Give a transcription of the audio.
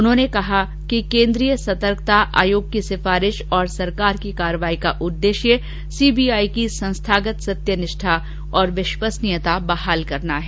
उन्होंने कहा कि केन्द्रीय सतर्कता आयोग की सिफारिश और सरकार की कार्रवाई का उद्देश्य सी बी आई की संस्थागत सत्यनिष्ठा और विश्वसनीयता बहाल करना है